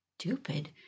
stupid